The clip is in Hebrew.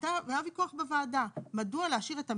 היה ויכוח בוועדה מדוע להשאיר את המילים,